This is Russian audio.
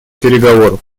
переговоров